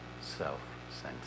self-centered